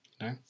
No